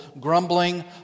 grumbling